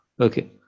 Okay